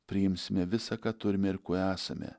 priimsime visa ką turime ir kuo esame